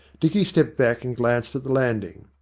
dicky stepped back and glanced at the landing.